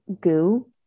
goo